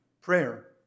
prayer